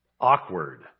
Awkward